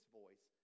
voice